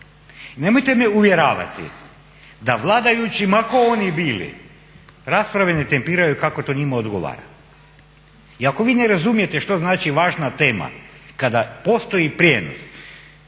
Nemojte me uvjeravati da vladajući ma tko oni bili, rasprave ne tempiraju kako to njima odgovara. I ako vi ne razumijete što znači važna tema kada postoji prijenos